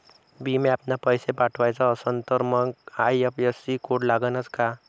भीम ॲपनं पैसे पाठवायचा असन तर मंग आय.एफ.एस.सी कोड लागनच काय?